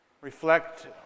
reflect